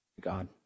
God